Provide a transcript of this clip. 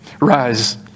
rise